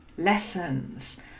lessons